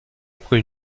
après